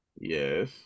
Yes